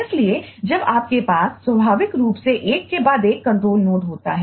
इसलिए जब आपके पास स्वाभाविक रूप से एक के बाद एक कंट्रोल नोड होता है